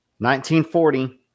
1940